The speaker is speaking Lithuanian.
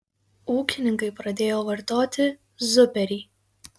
ūkininkai pradėjo vartoti zuperį